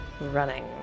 running